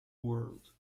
world